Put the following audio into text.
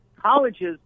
Colleges